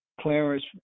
clarence